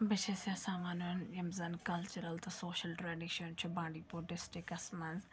بہٕ چھَس یَژھان وَنُن یِم زَن کَلچرَل تہٕ سوشَل ٹریڈِشَن چھِ بانٛڈی پوٗر ڈِسٹرکَس منٛز